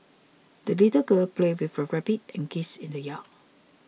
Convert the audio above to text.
the little girl played with her rabbit and geese in the yard